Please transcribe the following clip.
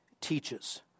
teaches